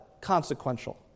consequential